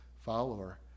follower